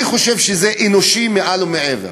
אני חושב שזה אנושי, מעל ומעבר.